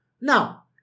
Now